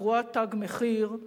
הקרויה "תג מחיר".